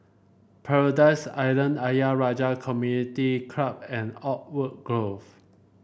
Paradise Island Ayer Rajah Community Club and Oakwood Grove